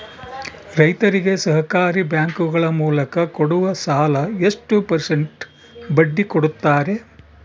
ರೈತರಿಗೆ ಸಹಕಾರಿ ಬ್ಯಾಂಕುಗಳ ಮೂಲಕ ಕೊಡುವ ಸಾಲ ಎಷ್ಟು ಪರ್ಸೆಂಟ್ ಬಡ್ಡಿ ಕೊಡುತ್ತಾರೆ?